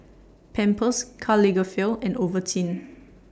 Pampers Karl Lagerfeld and Ovaltine